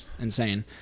insane